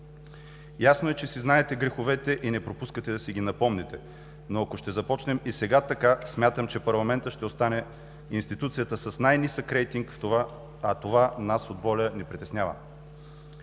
Ясно е, че си знаете греховете и не пропускате да си ги напомняте, но ако ще започнем и сега така, смятам, че парламентът ще остане институцията с най-нисък рейтинг, а това нас от „Воля“ ни притеснява.